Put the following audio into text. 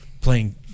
playing